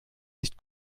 nicht